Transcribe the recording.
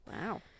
wow